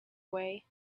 way